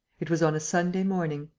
it was on a sunday morning.